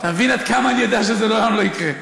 אתה מבין עד כמה אני יודע שזה לעולם לא יקרה.